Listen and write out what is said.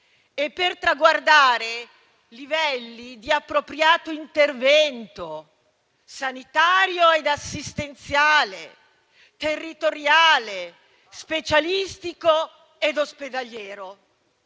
e per traguardare livelli di appropriato intervento sanitario ed assistenziale, territoriale, specialistico ed ospedaliero.